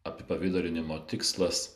apipavidalinimo tikslas